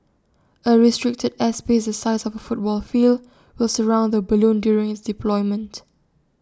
A restricted airspace the size of A football field will surround the balloon during its deployment